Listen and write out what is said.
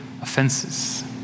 offenses